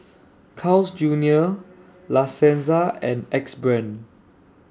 Carl's Junior La Senza and Axe Brand